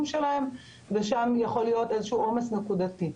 שלהם ושם יכול להיות איזשהו עומס נקודתי.